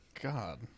God